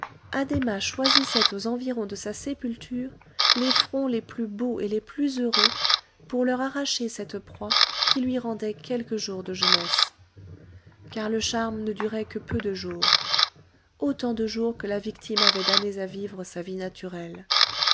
addhéma choisissait aux environs de sa sépulture les fronts les plus beaux et les plus heureux pour leur arracher cette proie qui lui rendait quelques jours de jeunesse car le charme ne durait que peu de jours autant de jours que la victime avait d'années à vivre sa vie naturelle